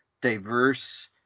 diverse